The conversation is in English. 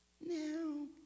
Now